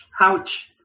ouch